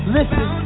Listen